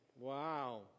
wow